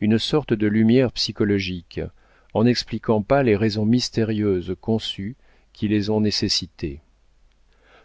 une sorte de lumière psychologique en n'expliquant pas les raisons mystérieusement conçues qui les ont nécessitées